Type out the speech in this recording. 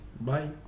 Bye